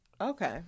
okay